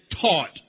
taught